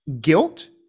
Guilt